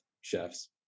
chefs